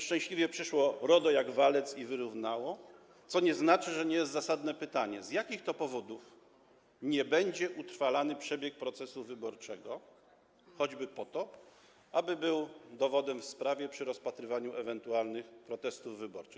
Szczęśliwie RODO przyszło jak walec i wyrównało, co nie znaczy, że nie jest zasadne pytanie, z jakich powodów nie będzie utrwalany przebieg procesu wyborczego, choćby po to, aby był dowodem w sprawie przy rozpatrywaniu ewentualnych protestów wyborczych.